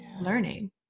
learning